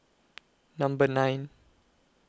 Number nine